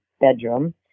bedroom